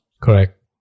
Correct